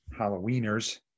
Halloweeners